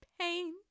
Pain